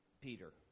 Peter